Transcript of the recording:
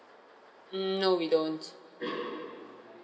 mm no we don't